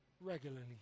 regularly